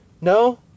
No